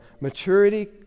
Maturity